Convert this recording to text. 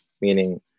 Meaning